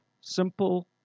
simple